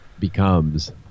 becomes